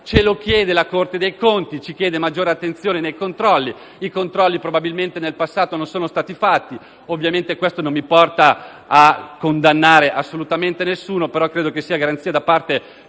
ce lo chiede la Corte dei conti, che ci invita a maggiore attenzione nei controlli; controlli che, probabilmente, nel passato non sono stati fatti; ovviamente, questo non mi porta a condannare assolutamente nessuno, però credo sia garanzia da parte